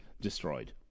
destroyed